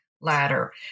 ladder